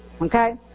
Okay